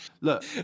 Look